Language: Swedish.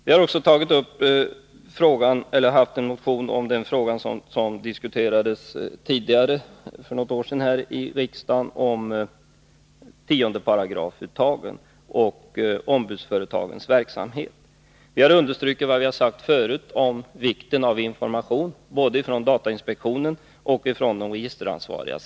Vi har också behandlat en motion om uttagen enligt 10 § och ombudsföretagens verksamhet, som diskuterades för något år sedan här i riksdagen. Vi har understrukit vad vi förut har sagt om vikten av att information ges från både datainspektionen och de registeransvariga.